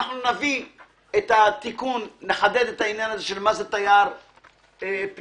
נביא את התיקון, נחדד את העניין מה זה תייר פנים.